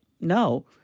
no